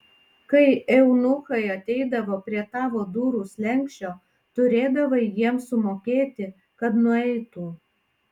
kai eunuchai ateidavo prie tavo durų slenksčio turėdavai jiems sumokėti kad nueitų